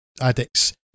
addict's